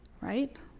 right